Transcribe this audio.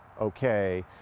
Okay